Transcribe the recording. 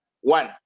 one